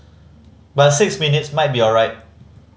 but six minutes might be alright